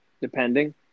depending